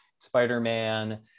Spider-Man